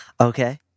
Okay